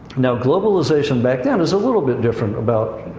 now, globalization back then is a little bit different about,